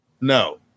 No